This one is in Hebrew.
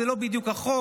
זה לא בדיוק החוק,